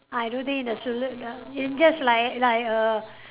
I don't think in a in just like like a